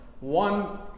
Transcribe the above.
one